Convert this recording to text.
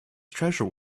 treasure